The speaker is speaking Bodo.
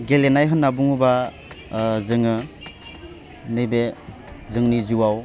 गेलेनाय होन्ना बुङोबा जोङो नैबे जोंनि जिउवाव